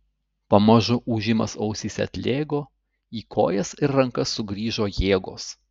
pamažu ūžimas ausyse atlėgo į kojas ir rankas sugrįžo jėgos